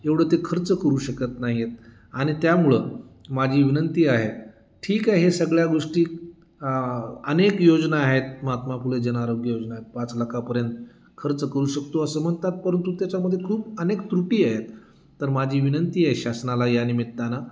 एवढं ते खर्च करू शकत नाही आहेत आणि त्यामुळं माझी विनंती आहे ठीक आहे हे सगळ्या गोष्टी अनेक योजना आहेत महात्मा फुले जनआरोग्य योजना आहे पाच लाखापर्यंत खर्च करू शकतो असं म्हणतात परंतु त्याच्यामध्ये खूप अनेक त्रुटी आहेत तर माझी विनंती आहे शासनाला यानिमित्तानं